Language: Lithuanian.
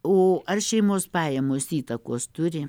o ar šeimos pajamos įtakos turi